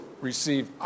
receive